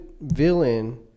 villain